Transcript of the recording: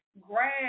grab